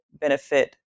benefit